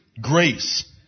grace